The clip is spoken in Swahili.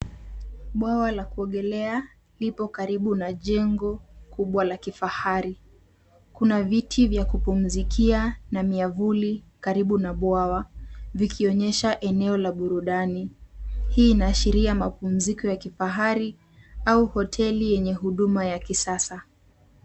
Bwawa la kuogelea lipo karibu na jengo kubwa la kifahari. Kuna viti vya kupumzikia na miavuli karibu na bwawa vikionyesha eneo la burudani. Hii inaashiria mapumziko ya kifahari au hoteli yenye huduma ya kisasa.